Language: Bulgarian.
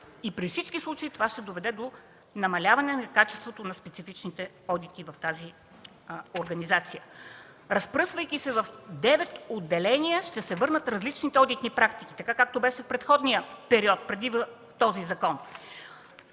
и при всички случаи това ще доведе до намаляване качеството на специфичните одити в тази организация. Разпръсвайки се в девет отделения, ще се върнат различните одитни практики, както беше в предходния период, преди този закон.